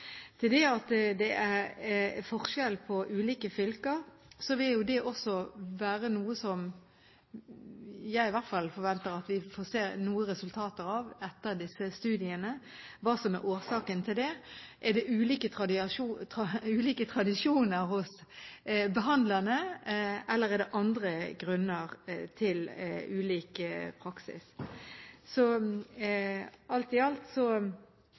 til det, vil være noe som i hvert fall jeg forventer at vi får se noen resultater av etter disse studiene. Er det ulike tradisjoner hos behandlerne, eller er det andre grunner til ulik praksis? Alt i alt: Dette temaet er sånn at jeg tror alle kjenner noen som har denne diagnosen, eller vet om noen. Det er så